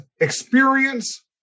experience